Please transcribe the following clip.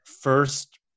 first